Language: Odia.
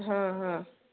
ହଁ ହଁ